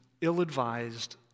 ill-advised